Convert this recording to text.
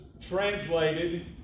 translated